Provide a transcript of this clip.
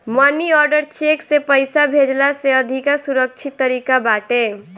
मनी order cheque से पईसा भेजला से अधिका सुरक्षित तरीका बाटे